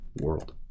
world